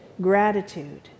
gratitude